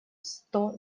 сто